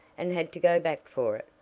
and had to go back for it.